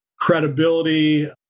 credibility